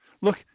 Look